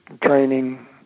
training